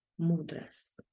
mudras